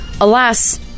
Alas